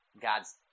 God's